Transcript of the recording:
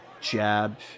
jab